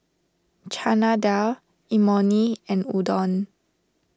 Chana Dal Imoni and Udon